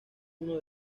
uno